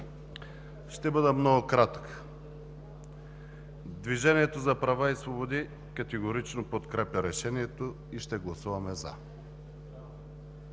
Ще бъда много кратък. Движението за права и свободи категорично подкрепя Решението и ще гласуваме „за“.